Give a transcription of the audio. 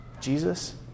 Jesus